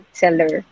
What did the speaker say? seller